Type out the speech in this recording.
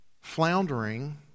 floundering